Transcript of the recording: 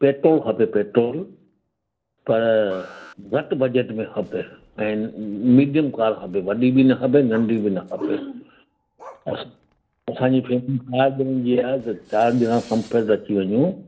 petrol खपे petrol पर घटि बजेट में खपे ऐं मीडियम कार खपे वॾी बि न खपे नंढी बि न खपे असां असांजी फैमिली चारि ॼणन जी आहे त चारि ॼणां कम्फर्ट अची वञू